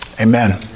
Amen